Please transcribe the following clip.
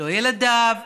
לא ילדיו,